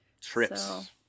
Trips